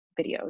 videos